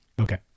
Okay